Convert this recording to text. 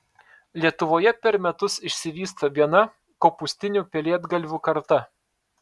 lietuvoje per metus išsivysto viena kopūstinių pelėdgalvių karta